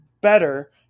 better